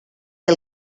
que